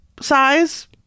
size